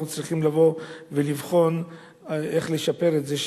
אנחנו צריכים לבוא ולבחון איך לשפר את זה,